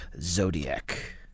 Zodiac